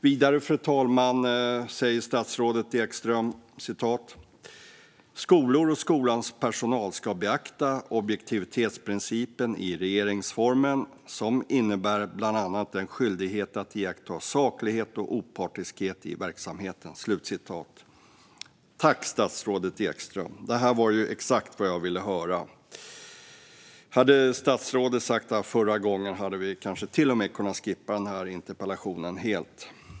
Vidare, fru talman, säger statsrådet Ekström att "skolor och skolans personal ska beakta objektivitetsprincipen i regeringsformen som innebär bland annat en skyldighet att iaktta saklighet och opartiskhet i verksamheten". Tack, statsrådet Ekström! Detta var exakt vad jag ville höra. Om statsrådet hade sagt detta förra gången hade vi kanske till och med kunnat skippa den här interpellationen helt.